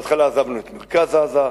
בהתחלה עזבנו את מרכז עזה,